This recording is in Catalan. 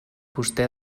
vostè